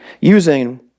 using